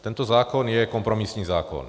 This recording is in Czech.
Tento zákon je kompromisní zákon.